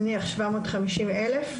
נניח שבע מאות חמישים אלף,